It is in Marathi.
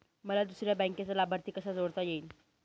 मला दुसऱ्या बँकेचा लाभार्थी कसा जोडता येईल?